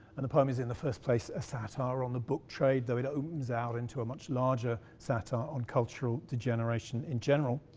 and the poem is in the first place, a satire on the book trade, though it opens out into a much larger satire on cultural degeneration in general,